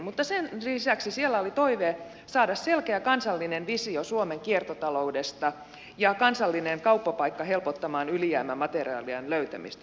mutta sen lisäksi siellä oli toive saada selkeä kansallinen visio suomen kiertotaloudesta ja kansallinen kauppapaikka helpottamaan ylijäämämateriaalien löytämistä